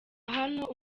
hano